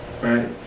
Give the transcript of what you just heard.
right